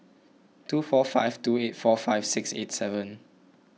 two four five two eight four five six eight seven